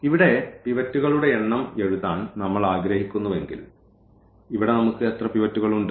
ഇവിടെ പിവറ്റുകളുടെ എണ്ണം എഴുതാൻ നമ്മൾ ആഗ്രഹിക്കുന്നുവെങ്കിൽ ഇവിടെ നമുക്ക് എത്ര പിവറ്റുകൾ ഉണ്ട്